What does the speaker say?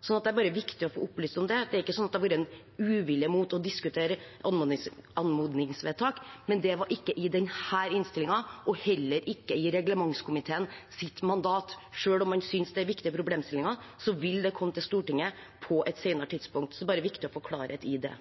Det er viktig å få opplyst om dette, for det er ikke slik at det har vært en uvilje mot å diskutere anmodningsvedtak, men det hører ikke til i denne innstillingen og var heller ikke i reglementskomiteens mandat selv om man synes det er viktige problemstillinger. Det vil komme til Stortinget på et senere tidspunkt. Det er viktig å få klarhet i det.